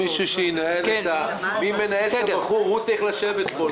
מי שמנהל את הבחור, הוא שצריך לשבת פה.